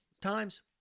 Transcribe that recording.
times